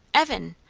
evan!